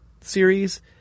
series